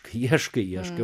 ieškai ieškai